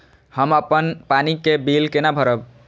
हम अपन पानी के बिल केना भरब?